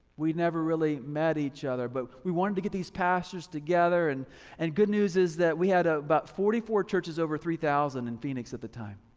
we never really met each other but we wanted to get these pastors together and and good news is that we had ah about forty four churches over three thousand in phoenix at the time.